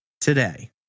today